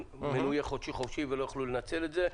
מינויי חופשי-חודשי ולא יכלו לנצל את זה.